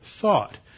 thought